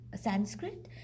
Sanskrit